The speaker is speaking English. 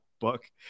book